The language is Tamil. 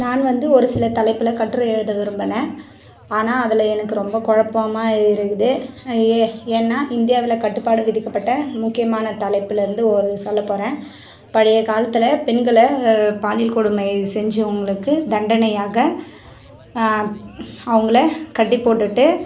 நான் வந்து ஒரு சில தலைப்பில் கட்டுரை எழுத விரும்பினேன் ஆனால் அதில் எனக்கு ரொம்ப குழப்பமா இருக்குது ஏ ஏன்னா இந்தியாவில கட்டுப்பாடு விதிக்கப்பட்ட முக்கியமான தலைப்பிலேருந்து ஒரு சொல்லப்போகிறேன் பழைய காலத்தில் பெண்களை பாலியல் கொடுமை செஞ்சவங்களுக்கு தண்டனையாக அவங்களை கட்டி போட்டுட்டு